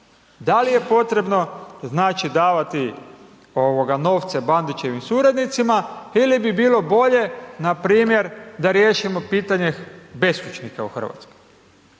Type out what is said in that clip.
Da li je potrebno znači davati ovoga novce Bandićevim suradnicima ili bi bilo bolje npr. da riješimo pitanje beskućnika u Hrvatskoj.